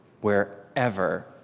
wherever